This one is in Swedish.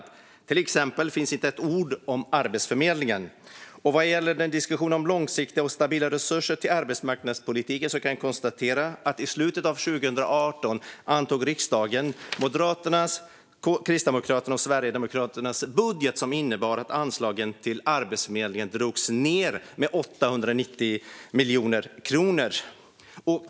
Det finns till exempel inte ett ord om Arbetsförmedlingen. Vad gäller diskussionen om långsiktiga och stabila resurser till arbetsmarknadspolitiken kan jag konstatera att i slutet av 2018 antog riksdagen Moderaternas, Kristdemokraternas och Sverigedemokraternas budget som innebar att anslagen till Arbetsförmedlingen drogs ned med 890 miljoner kronor.